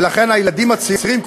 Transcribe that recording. ולכן הילדים הצעירים,